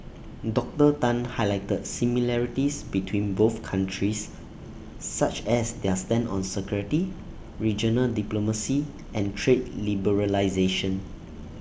Doctor Tan highlighted similarities between both countries such as their stand on security regional diplomacy and trade liberalisation